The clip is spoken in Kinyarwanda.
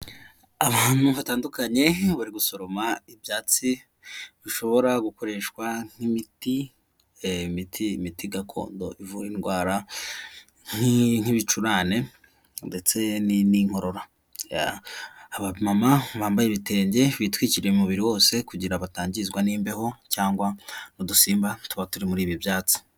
Abantu hatandukanye bari gusoroma ibyatsi bishobora gukoreshwa nk'imiti, imiti gakondo ivura indwara nk'ibicurane ndetse n'inkorora, abamama bambaye ibitenge bitwikiriye umubiri wose kugira batangizwa n'imbeho cyangwa n'udusimba tuba turi muri ibi byatsi.